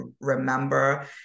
remember